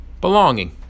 belonging